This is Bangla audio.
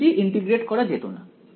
∇g ইন্টিগ্রেট করা যেত না